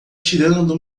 tirando